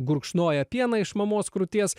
gurkšnoja pieną iš mamos krūties